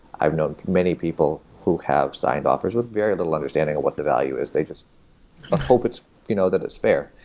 i've known many people who have signed offers with very little understanding of what the value is. they just ah hope you know that it's fair,